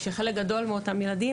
כשחלק גדול מאותם ילדים,